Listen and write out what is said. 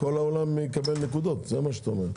כל העולם יקבל נקודות, זה מה שאת אומרת.